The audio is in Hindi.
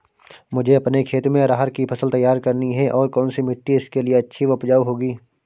मुझे अपने खेत में अरहर की फसल तैयार करनी है और कौन सी मिट्टी इसके लिए अच्छी व उपजाऊ होगी?